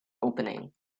opening